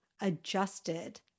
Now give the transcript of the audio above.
adjusted